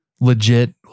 legit